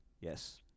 yes